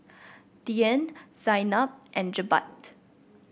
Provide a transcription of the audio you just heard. Dian Zaynab and Jebat